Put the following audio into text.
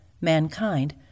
mankind